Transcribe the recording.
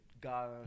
God